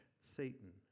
Satan